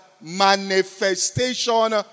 manifestation